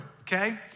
okay